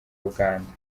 uganda